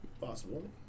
Possible